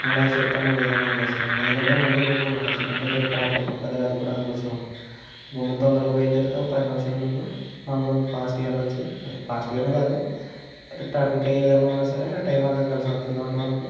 నువ్వు నాకు చెప్పన్నా ఏదనేది అసలు ఎందుకంటే మళ్ళీ రేపు అంటే రేపు ట్రాఫిక్ ఎక్కువగా ఉంటది గమ్మున తొందరగా బయలుదేరితే ఒక పది నిమిషాల ముందు మనం కొంచెం ఫాస్ట్గా వెళ్లవచ్చు అదే ఫాస్ట్ గానే కాదు ట్రాఫిక్ అది ఏదైనా ఉన్న సరే ఆ టైమ్ అక్కడ కలిసి వస్తుంది కాబట్టి మనకి